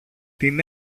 την